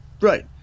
Right